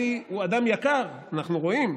אלי הוא בן אדם יקר, אנחנו רואים,